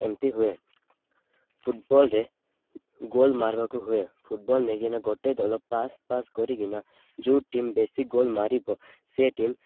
ଏମତି ହୁଏ ଫୁଟବଲରେ ଗୋଲ୍ ମାରବାକୁ ହୁଏ ଫୁଟବଲ ନେଇକିନା ଗୋଟେ ଦଲ ପାସ୍ ପାସ୍ କରିକିନା ଯୋଉ ଟିମ୍ ବେଶି ଗୋଲ୍ ମାରିବ ସେ ଟିମ୍